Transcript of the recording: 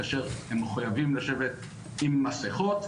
והם מחויבים לשבת עם מסכות,